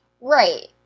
Right